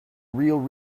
real